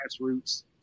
grassroots